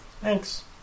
Thanks